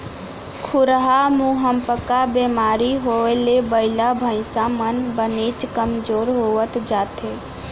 खुरहा मुहंपका बेमारी होए ले बइला भईंसा मन बनेच कमजोर होवत जाथें